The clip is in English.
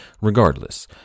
Regardless